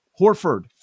Horford